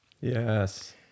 Yes